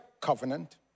covenant